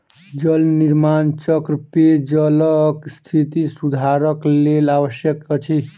जल निर्माण चक्र पेयजलक स्थिति सुधारक लेल आवश्यक अछि